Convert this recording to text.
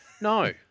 No